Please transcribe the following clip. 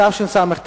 התשס"ט